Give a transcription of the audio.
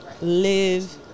live